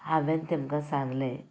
हांवेन तेंकां सांगलें